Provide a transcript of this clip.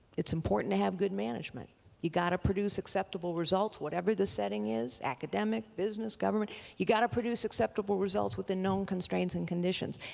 it's important to have good management you've got to produce acceptable results whatever the setting is, academic, business, government. you've got to produce acceptable results within known constraints and conditions,